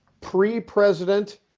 pre-president